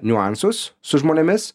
niuansus su žmonėmis